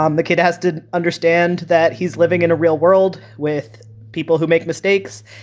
um the kid has to understand that he's living in a real world with people who make mistakes.